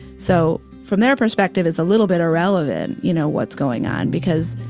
so from their perspective, it's a little bit irrelevant, you know, what's going on, because